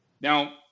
Now